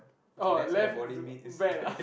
oh left means what bad ah